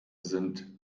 sind